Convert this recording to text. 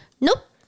Nope